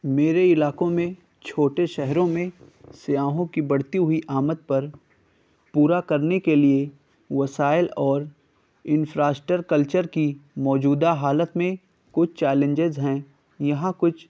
میرے علاقوں میں چھوٹے شہروں میں سیاحوں کی بڑھتی ہوئی آمد پر پورا کرنے کے لیے وسائل اور انفراسٹکچر کلچر کی موجودہ حالت میں کچھ چیلنجز ہیں یہاں کچھ